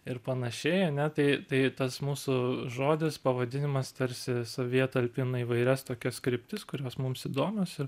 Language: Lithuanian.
ir panašiai ane tai tai tas mūsų žodis pavadinimas tarsi savyje talpina įvairias tokias kryptis kurios mums įdomios ir